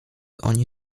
oni